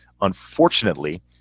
unfortunately